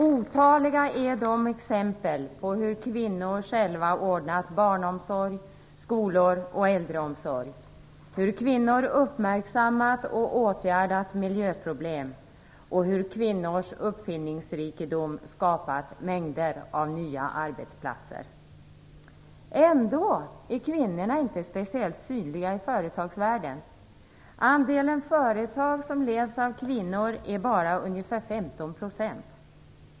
Otaliga är de exempel på hur kvinnor själva har ordnat barnomsorg, skolor och äldreomsorg, hur kvinnor uppmärksammat och åtgärdat olika miljöproblem och hur kvinnors uppfinningsrikedom har skapat mängder av nya arbetsplatser. Ändå är kvinnorna inte speciellt synliga i företagsvärlden. Andelen företag som leds av kvinnor är bara ca 15 %.